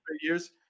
years